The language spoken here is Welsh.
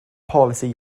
polisi